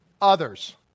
others